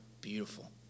beautiful